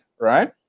right